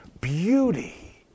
beauty